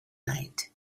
night